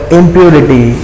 impurity